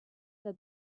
said